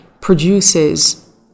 produces